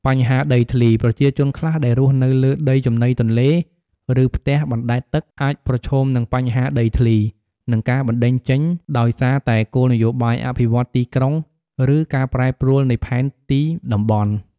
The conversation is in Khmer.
បញ្ហាដីធ្លី ប្រជាជនខ្លះដែលរស់នៅលើដីចំណីទន្លេ ឬផ្ទះបណ្ដែតទឹកអាចប្រឈមនឹង បញ្ហាដីធ្លី និងការបណ្ដេញចេញ ដោយសារតែគោលនយោបាយអភិវឌ្ឍន៍ទីក្រុង ឬការប្រែប្រួលនៃផែនទីតំបន់។